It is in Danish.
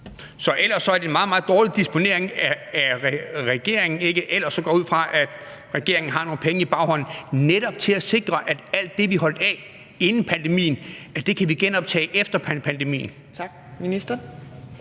For ellers er det en meget, meget dårlig disponering af regeringen. Og ellers går jeg da ud fra, at regeringen har nogle penge i baghånden netop til at sikre, at alt det, vi holdt af inden pandemien, kan vi genoptage efter pandemien.